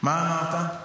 מה אמרת?